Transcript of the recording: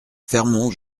fermons